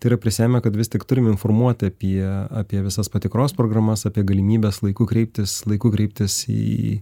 tai yra prisiėmę kad vis tik turim informuoti apie apie visas patikros programas apie galimybes laiku kreiptis laiku kreiptis į